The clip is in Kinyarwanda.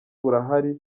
burahari